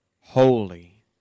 holy